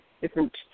different